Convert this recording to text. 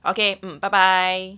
okay mm bye bye